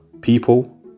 People